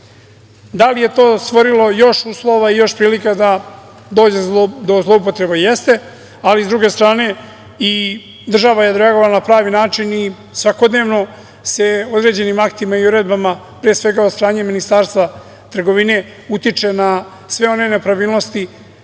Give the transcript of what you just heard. li je to stvorilo još uslova i još prilika da dođe do zloupotreba? Jeste, ali s druge strane i država je odreagovala na pravi način i svakodnevno se određenim aktima i uredbama, pre svega od strane Ministarstva trgovine utiče na sve one nepravilnosti